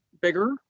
bigger